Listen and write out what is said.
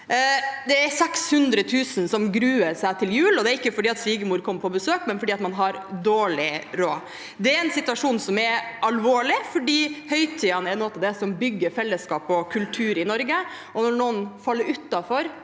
Det er 600 000 som gruer seg til jul, og det er ikke fordi svigermor kommer på besøk, men fordi man har dårlig råd. Det er en situasjon som er alvorlig, for høytidene er noe av det som bygger fellesskap og kultur i Norge, og når noen faller utenfor